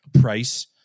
price